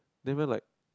then everyone like